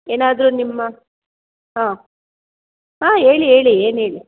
ಏನಾದ್ರು ನಿಮ್ಮ ಹಾಂ ಹಾಂ ಹೇಳಿ ಹೇಳಿ ಏನು ಹೇಳಿ